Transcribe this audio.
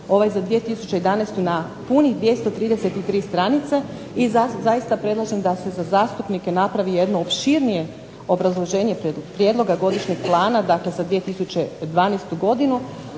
za 2011. na punih 233 stranice i zaista predlažem da se zastupnike napravi jedno opširnije obrazloženje prijedloga godišnjeg plana, dakle za 2012. godinu